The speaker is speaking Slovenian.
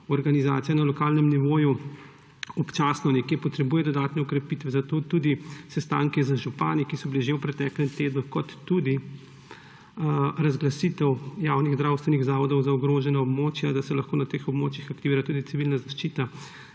organizacija na lokalnem nivoju občasno nekje potrebuje dodatne okrepitve, zato tudi sestanki z župani, ki so bili že v preteklem tednu, kot tudi razglasitev javnih zdravstvenih zavodov za ogrožena območja, da se lahko na teh območjih aktivira tudi civilna zaščita